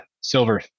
silver